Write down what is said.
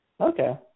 Okay